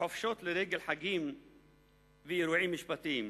חופשות לרגל חגים ואירועים משפחתיים.